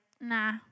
nah